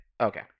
Okay